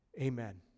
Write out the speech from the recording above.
Amen